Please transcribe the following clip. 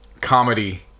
comedy